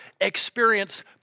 experience